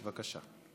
לא?